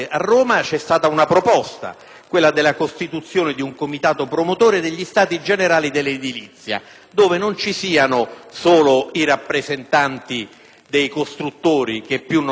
relativa alla costituzione di un comitato promotore degli stati generali dell'edilizia, dove non vi siano solo i rappresentanti dei costruttori (che più non hanno costruito in questo senso),